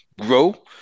grow